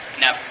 No